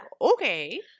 okay